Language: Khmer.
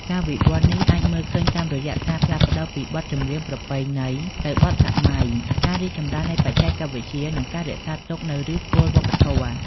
ការវិវត្តន៍នេះអាចមើលឃើញតាមរយៈការផ្លាស់ប្តូរពីបទចម្រៀងប្រពៃណីទៅបទសម័យ ការរីកចម្រើននៃបច្ចេកវិទ្យា និងការរក្សាទុកនូវឫសគល់វប្បធម៌។